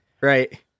right